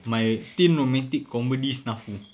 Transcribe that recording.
my teen romantic comedy SNAFU